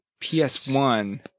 PS1